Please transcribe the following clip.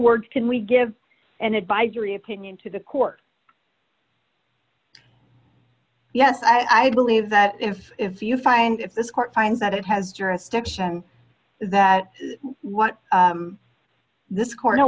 words can we give an advisory opinion to the court yes i believe that if you find that this court finds that it has jurisdiction that what this corner